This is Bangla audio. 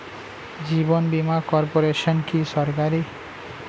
জীবন বীমা কর্পোরেশন কি সরকারি?